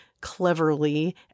cleverly